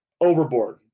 overboard